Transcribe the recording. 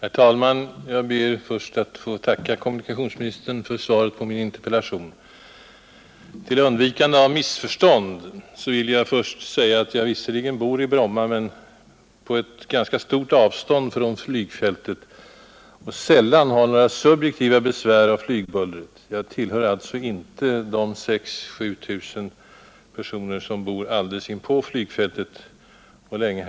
Herr talman! Jag ber först att få tacka kommunikationsministern för svaret på min interpellation. Till undvikande av missförstånd vill jag först säga att jag visserligen bor i Bromma men på ett ganska stort avstånd från flygfältet och sällan har några subjektiva besvär av flygbullret. Jag tillhör alltså inte de 6 000--7 000 personer som bor alldeles inpå flygfältet och som länge